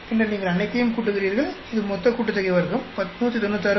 பின்னர் நீங்கள் அனைத்தையும் கூட்டுகிறீர்கள் இது மொத்தக் கூட்டுத்தொகை வர்க்கம் 196